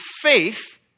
faith